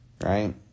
Right